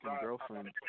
girlfriend